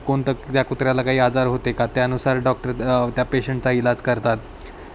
कोणतं त्या कुत्र्याला काही आजार होते का त्यानुसार डॉक्टर त्या पेशंटचा इलाज करतात